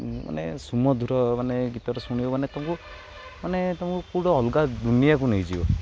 ମାନେ ସୁମଧୁର ମାନେ ଗୀତଟା ଶୁଣିବ ମାନେ ତୁମକୁ ମାନେ ତୁମକୁ ଗୋଟେ ଅଲଗା ଦୁନିଆକୁ ନେଇଯିବ